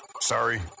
Sorry